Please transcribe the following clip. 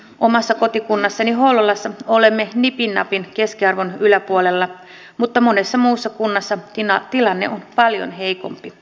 omassa kotikunnassani hollolassa olemme nipin napin keskiarvon yläpuolella mutta monessa muussa kunnassa tilanne on paljon heikompi